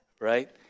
right